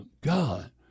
God